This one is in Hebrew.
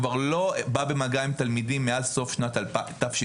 כבר לא בא במגע עם תלמידים מאז סוף שנת תשע"ה,